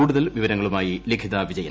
കൂടുതൽ വിവരങ്ങളുമായി ലിഖിത വിജ്യൻ